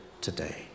today